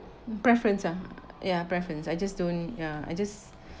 preference ah ya preference I just don't ya I just